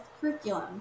curriculum